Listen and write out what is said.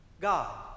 God